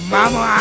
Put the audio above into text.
Mama